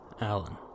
Alan